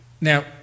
now